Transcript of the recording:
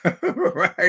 right